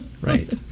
Right